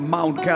Mount